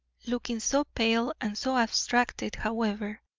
looking so pale and so abstracted, however,